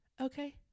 Okay